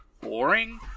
boring